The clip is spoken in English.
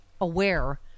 aware